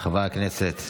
חברי הכנסת.